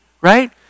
right